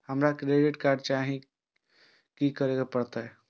हमरा credit card चाही की करे परतै?